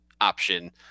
option